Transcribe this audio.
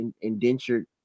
indentured